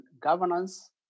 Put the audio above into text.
governance